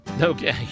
Okay